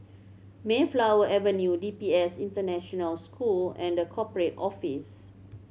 Mayflower Avenue D P S International School and The Corporate Office